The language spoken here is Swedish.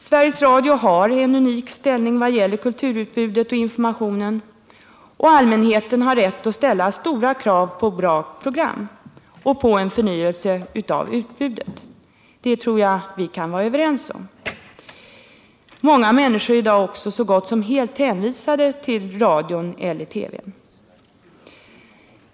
Sveriges Radio har en unik ställning vad gäller kulturutbudet och informationen, och allmänheten har rätt att ställa stora krav på bra program och på en förnyelse av utbudet. Det tror jag att vi kan vara överens om. Många människor i dag är så gott som helt hänvisade till radio eller TV.